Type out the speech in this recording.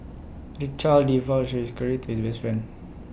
the child divulged his great to his best friend